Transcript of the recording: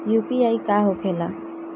UPI का होके ला?